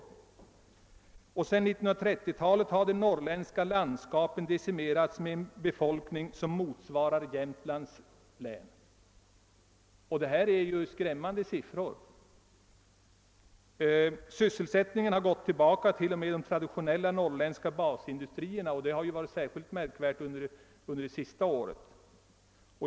Sedan 1930-talet har de norrländska landskapen decimerats med en befolkning som motsvarar befolkningen i Jämtlands län. Detta är ju skrämmande siffror. Sysselsättningen har gått tillbaka t.o.m. i de traditionella norrländska basindustrierna, vilket ju har varit särskilt märkbart under det senaste året.